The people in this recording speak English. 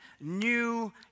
new